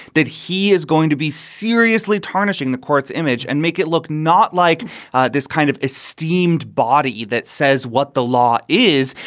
that he is going to be seriously tarnishing the court's image and make it look not like this kind of esteemed body that says what the law is,